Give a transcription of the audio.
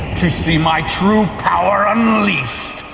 to see my true power unleashed?